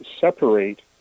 separate